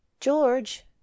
george